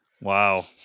Wow